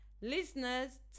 Listeners